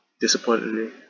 disappointingly